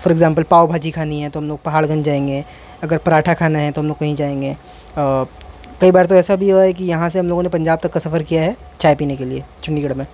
for example pav bhaji کھانی ہے تو ہم لوگ پہاڑ گنج جائیں گے اگر پراٹھا کھانا ہے تو ہم لوگ کہیں جائیں گے کئی بار تو ایسا بھی ہوا ہے کہ یہاں سے ہم لوگوں نے پنجاب تک کا سفر کیا ہے چائے پینے کے لیے چنڈی گڑھ میں